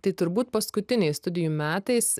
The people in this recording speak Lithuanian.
tai turbūt paskutiniais studijų metais